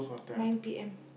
nine P M